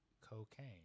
cocaine